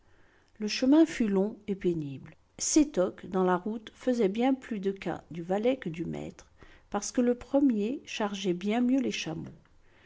le chemin fut long et pénible sétoc dans la route fesait bien plus de cas du valet que du maître parceque le premier chargeait bien mieux les chameaux